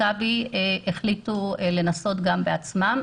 מכבי החליטו לנסות גם בעצמם.